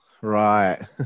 Right